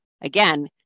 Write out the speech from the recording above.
Again